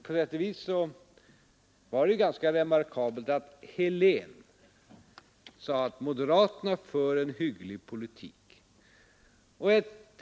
På sätt och vis var det ju ganska remarkabelt att herr Helén sade att moderaterna för en hygglig politik.